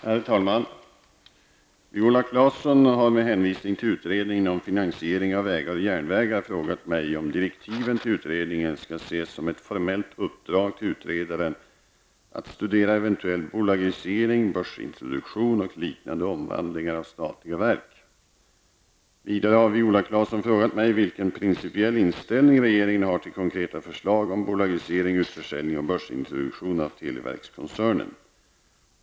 Herr talman! Viola Claesson har med hänvisning till utredningen om finansiering av vägar och järnvägar frågat mig om direktiven till utredningen skall ses som ett formellt uppdrag till utredaren att studera eventuell bolagisering, börsintroduktion och liknande omvandlingar av statliga verk. Vidare har Viola Claesson frågat mig vilken principiell inställning regeringen har till konkreta förslag om bolagisering, utförsäljning och börsintroduktion av televerkskoncernen.